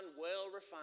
well-refined